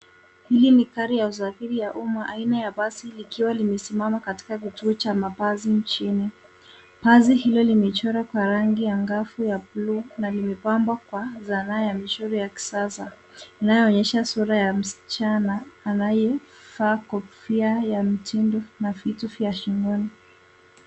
Hili ni gari ya usafiri ya umma aina ya basi likiwa limesimama katika kituo cha mabasi nchini. Basi hilo limechorwa kwa rangi ya anagavu ya blue na limepambwa kwa sanaa ya michoro ya kisasa inayoonyesha sura ya msichana anayevaa kofia ya mtindo na vitu vya shingoni.